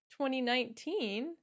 2019